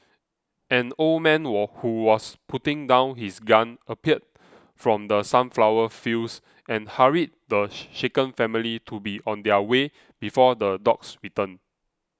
an old man wall who was putting down his gun appeared from the sunflower fields and hurried the shaken family to be on their way before the dogs return